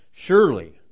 Surely